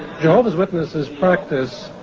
jehovah's witnesses practice.